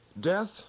Death